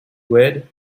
wed